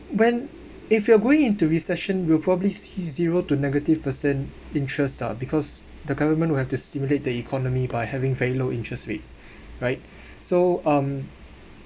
when if we are going into recession we'll probably see zero to negative percent interest ah because the government will have to stimulate the economy by having very low interest rates right so um